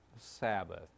Sabbath